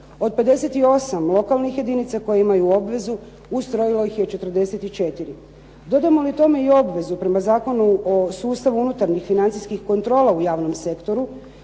Od 58 lokalnih jedinica koje imaju obvezu ustrojilo ih je 44. Dodamo li tome i obvezu prema Zakonu o sustavu unutarnjih financijskih kontrola u javnom sektoru